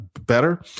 better